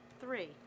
three